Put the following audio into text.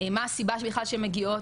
מה הסיבה בכלל שהן מגיעות,